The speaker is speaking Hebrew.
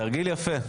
תרגיל יפה.